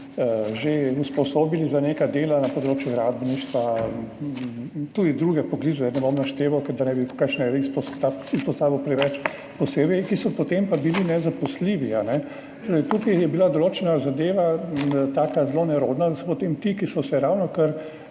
že usposobili za neka dela na področju gradbeništva, tudi druge poklice, ne bom našteval, da ne bi kakšnih izpostavil preveč posebej, in so potem pa bili nezaposljivi. Tukaj je bila določena zadeva zelo nerodna, da so potem ti, ki so se ravnokar